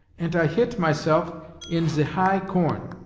ant i hit myself in ze high corn.